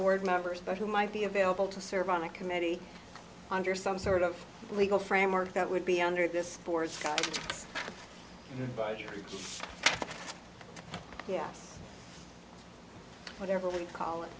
board members but who might be available to serve on a committee under some sort of legal framework that would be under this board by yes whatever we call it